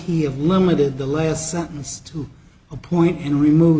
he have limited the last sentence to a point and remove